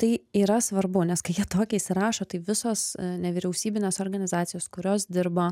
tai yra svarbu nes kai jie tokį įsirašo tai visos nevyriausybinės organizacijos kurios dirba